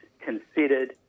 considered